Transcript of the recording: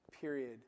period